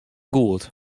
goed